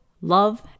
love